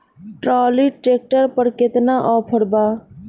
Trolley tractor पर केतना offer बा?